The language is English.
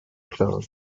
trouble